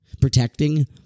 protecting